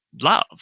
love